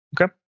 Okay